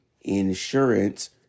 insurance